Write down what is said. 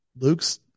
Luke's